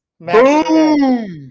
Boom